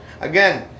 again